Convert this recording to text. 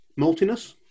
Maltiness